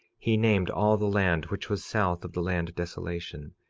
he named all the land which was south of the land desolation,